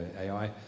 AI